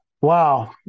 Wow